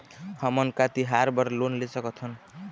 हमन का तिहार बर लोन ले सकथन?